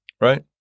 Right